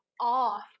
off